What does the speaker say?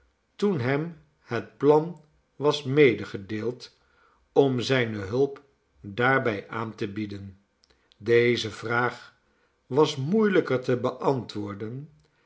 toen hem het plan was medegedeeld om zijne hulp daarbij aan te bieden deze vraag was moeielijker te beantwoorden